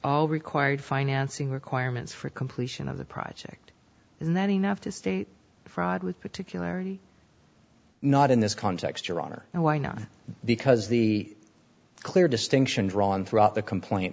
all required financing requirements for completion of the project isn't that enough to state fraud with particular not in this context your honor and why not because the clear distinction drawn throughout the complaint